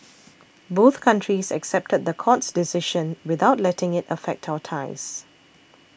both countries accepted the court's decision without letting it affect our ties